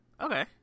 Okay